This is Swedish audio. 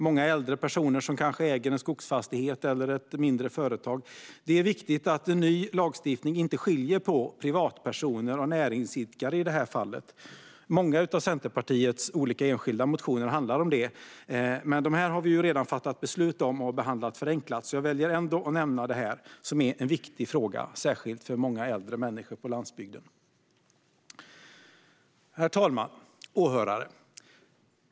Många är äldre personer som kanske äger en skogsfastighet eller ett mindre företag. Det är viktigt att en ny lagstiftning inte skiljer på privatpersoner och näringsidkare i det här fallet. Många av Centerpartiets olika enskilda motioner handlar om det, men dessa har vi redan fattat beslut om och behandlat förenklat. Jag väljer ändå att nämna det här, som är en viktig fråga, särskilt för många äldre människor på landsbygden. Herr talman! Åhörare!